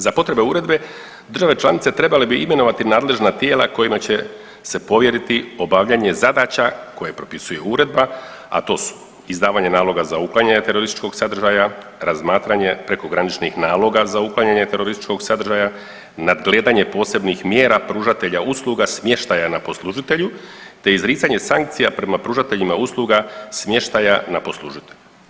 Za potrebe uredbe države članice trebale bi imenovati nadležna tijela kojima će se povjeriti obavljanje zadaća koje propisuje uredba, a to su izdavanje naloga za uklanjanje terorističkog sadržaja, razmatranje prekograničnih naloga za uklanjanje terorističkog sadržaja, nadgledanje posebnih mjera pružatelja usluga smještaja na poslužitelju te izricanje sankcija prema pružateljima usluga smještaja na poslužitelju.